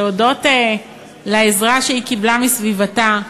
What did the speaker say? שהודות לעזרה שהיא קיבלה מסביבתה,